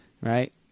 right